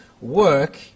work